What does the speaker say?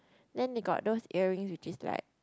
then they got those earning which is like